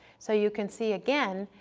so you can see, again,